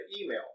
email